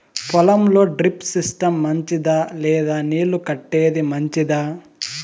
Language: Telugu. పొలం లో డ్రిప్ సిస్టం మంచిదా లేదా నీళ్లు కట్టేది మంచిదా?